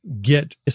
get